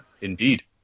Indeed